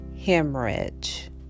hemorrhage